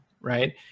right